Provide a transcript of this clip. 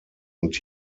und